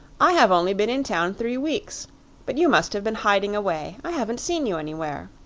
i have only been in town three weeks but you must have been hiding away i haven't seen you anywhere.